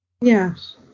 Yes